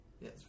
Yes